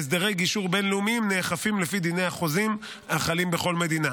הסדרי גישור בין-לאומיים נאכפים לפי דיני החוזים החלים בכל מדינה.